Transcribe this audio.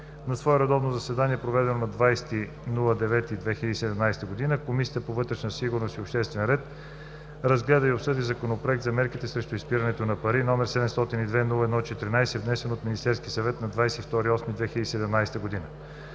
На свое редовно заседание, проведено на 20 септември 2017 г., Комисията по вътрешна сигурност и обществен ред разгледа и обсъди Законопроект за мерките срещу изпирането на пари, № 702-01-14, внесен от Министерския съвет на 22 август 2017 г.